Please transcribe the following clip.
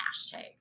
hashtag